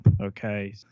Okay